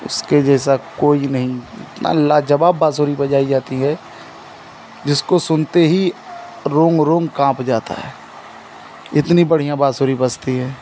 उसके जैसा कोई नहीं इतना लाजबाब बाँसुरी बजाई जाती है जिसको सुनते ही रोम रोम काँप जाता है इतनी बढ़िया बाँसुरी बजती है